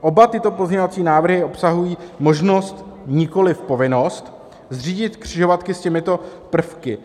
Oba tyto pozměňovací návrhy obsahují možnost, nikoliv povinnost, zřídit křižovatky s těmito prvky.